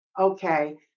Okay